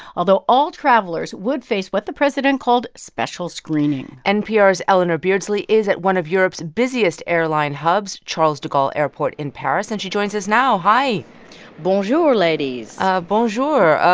although all travelers would face what the president called special screening npr's eleanor beardsley is at one of europe's busiest airline hubs, charles de gaulle airport in paris, and she joins us now. hi bonjour, ladies ah bonjour.